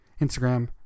instagram